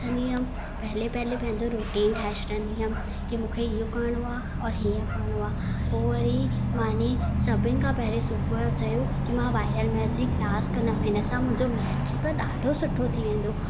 उथंदी हुयमि पहले पहले पंहिंजो रुटीन ठाहे छॾंदी हुयमि की मूंखे इहो करिणो आहे और हीअं करिणो आहे पोइ वरी माने सभिनि खां पहरे सुबुह जो चयो की मां वायरल मैथ्स जी क्लास कंदमि हिन सां मुंहिंजो मैथ्स ॾाढो सुठो थी वेंदो